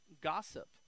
gossip